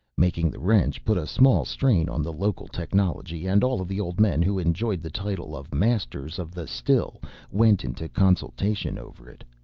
making the wrench put a small strain on the local technology and all of the old men who enjoyed the title of masters of the still went into consultation over it.